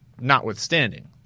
notwithstanding